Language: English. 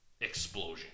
explosion